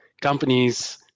companies